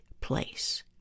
place